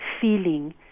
feeling